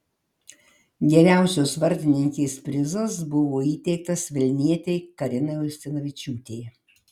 geriausios vartininkės prizas buvo įteiktas vilnietei karinai ustinovičiūtei